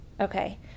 Okay